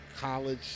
college